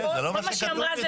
כל מה שהיא אמרה לא נכון.